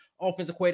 offensive